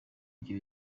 ibyo